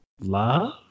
Love